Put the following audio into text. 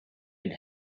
and